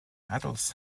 adults